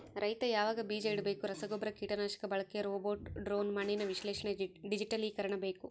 ರೈತ ಯಾವಾಗ ಬೀಜ ಇಡಬೇಕು ರಸಗುಬ್ಬರ ಕೀಟನಾಶಕ ಬಳಕೆ ರೋಬೋಟ್ ಡ್ರೋನ್ ಮಣ್ಣಿನ ವಿಶ್ಲೇಷಣೆ ಡಿಜಿಟಲೀಕರಣ ಬೇಕು